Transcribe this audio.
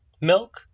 milk